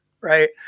right